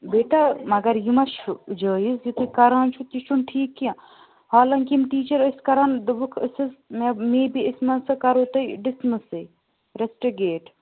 بیٹا مگر یہِ ما چھُ جٲیِز یہِ تُہۍ کَران چھِو تہِ چھُ نہٕ ٹھیٖک کیٚنٛہہ حالانٛکہِ یِم ٹیچر ٲسۍ کَران دوٚپُک أسۍ حظ مے بی أسۍ ما سا کَرو تُہۍ ڈِسمٕسے ریسٹگیٹ